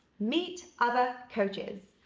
meet other coaches.